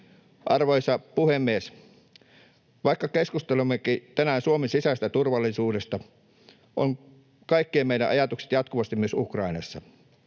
Arvoisa puhemies! Vaikka keskustelemmekin tänään Suomen sisäisestä turvallisuudesta, kaikkien meidän ajatukset ovat jatkuvasti myös Ukrainassa.